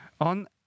on